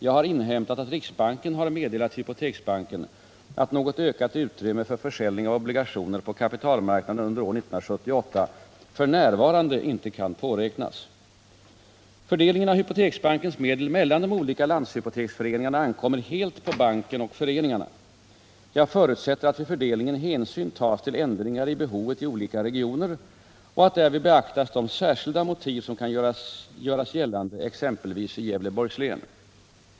Jag har inhämtat att riksbanken har meddelat hypoteksbanken att något ökat utrymme för försäljning av obligationer på kapitalmarknaden under år 1978 f. n. inte kan påräknas. Fördelningen av hypoteksbankens medel mellan de olika landshypoteksföreningarna ankommer helt på banken och föreningarna. Jag förutsätter att vid fördelningen hänsyn tas till ändringar i behovet i olika regioner och att därvid beaktas de särskilda motiv som kan göras gällande, exempelvis i Gävleborgs län.